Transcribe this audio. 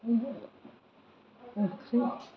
बिदिनो ओंख्रि